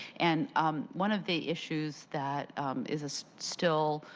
and um one of the issues that is is still,